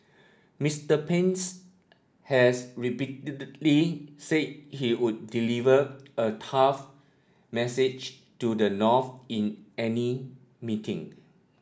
Mister Pence has repeatedly said he would deliver a tough message to the North in any meeting